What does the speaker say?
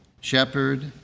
Shepherd